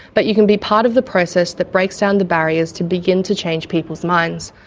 but you can be part of the process that breaks down the barriers to begin to change peoples' minds.